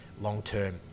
long-term